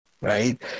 right